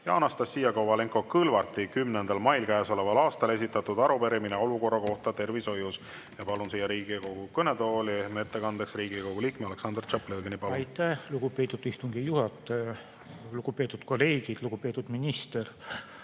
ja Anastassia Kovalenko-Kõlvarti 10. mail käesoleval aastal esitatud arupärimine olukorra kohta tervishoius. Palun siia Riigikogu kõnetooli ettekandeks Riigikogu liikme Aleksandr Tšaplõgini. Palun! Aitäh, lugupeetud istungi juhataja! Lugupeetud kolleegid! Lugupeetud minister!